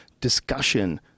discussion